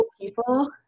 people